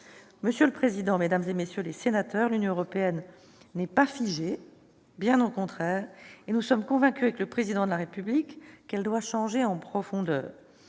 Monsieur le président, mesdames, messieurs les sénateurs, l'Union européenne n'est pas figée, bien au contraire. Nous sommes convaincus, avec le Président de la République, qu'elle doit changer en profondeur.